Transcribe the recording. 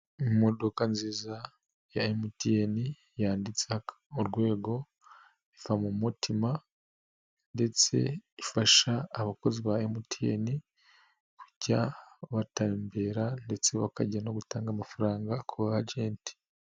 Imodoka nziza ya MTN yanditseho #Biva MoMotima ndetse ifasha abakozi ba MTN kujya batembera ndetse bakajya no gutanga amafaranga ku bajenti.